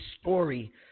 story